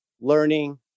Learning